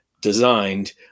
designed